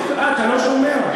אה, אתה לא שומע?